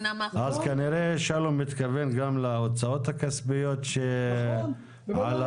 כנראה מתכוון גם להוצאות הכספיות שחלות על